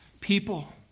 people